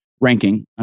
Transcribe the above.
ranking